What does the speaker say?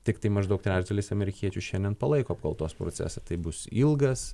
tiktai maždaug trečdalis amerikiečių šiandien palaiko apkaltos procesą tai bus ilgas